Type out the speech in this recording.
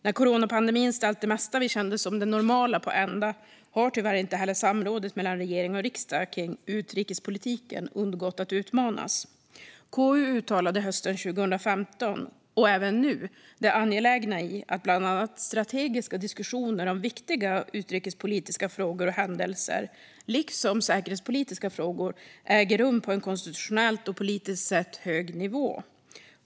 När coronapandemin ställt det mesta vi kände som det normala på ända har tyvärr inte heller samrådet mellan regering och riksdag när det gäller utrikespolitiken undgått att utmanas. KU uttalade hösten 2015 - KU uttalar det även nu - det angelägna i att bland annat strategiska diskussioner om viktiga utrikespolitiska frågor och händelser liksom säkerhetspolitiska frågor äger rum på en konstitutionellt och politiskt sett hög nivå.